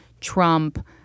Trump